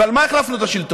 ועל מה החלפנו את השלטון?